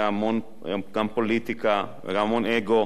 היה גם המון פוליטיקה וגם המון אגו,